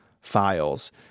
files